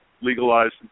legalized